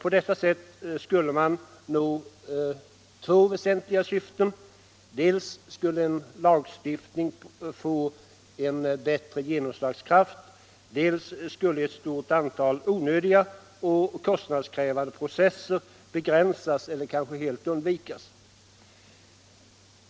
På detta sätt skulle man nå åtminstone två väsentliga syften: dels skulle en lagstiftning få bättre genomslagskraft, dels skulle ett stort antal onödiga och kostnadskrävande processer kunna begränsas eller kanske helt undvikas.